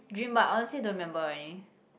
dream but I honestly don't remember already